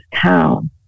town